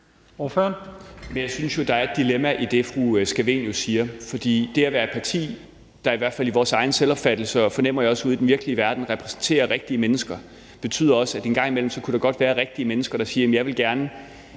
(DF): Men jeg synes jo, der er et dilemma i det, fru Theresa Scavenius siger, for det at være et parti, der i hvert fald i vores egen selvopfattelse og, fornemmer jeg også, ude i den virkelige verden repræsenterer rigtige mennesker, betyder også, at der en gang imellem også godt kunne være rigtige mennesker, der siger, at de gerne